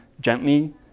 gently